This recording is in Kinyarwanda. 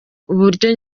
uburyo